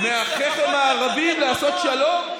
אם כבר אתה מדבר, לפחות תצטט נכון.